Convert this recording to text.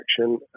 action